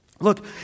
Look